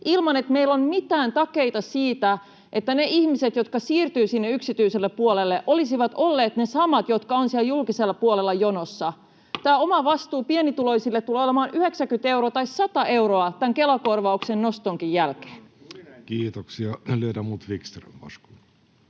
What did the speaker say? ilman että meillä on mitään takeita siitä, että ne ihmiset, jotka siirtyvät sinne yksityiselle puolelle, olisivat olleet ne samat, jotka ovat siellä julkisella puolella jonossa. Tämä omavastuu pienituloisille tulee olemaan 90 euroa tai 100 euroa tämän Kela-korvauksen nostonkin jälkeen. [Aki Lindén: Juuri